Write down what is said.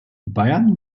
bayern